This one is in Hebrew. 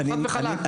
חד וחלק.